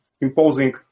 imposing